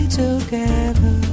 together